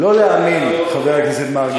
לא להאמין, חבר הכנסת מרגי.